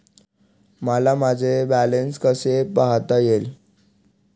मला माझे बॅलन्स कसे पाहता येईल?